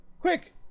quick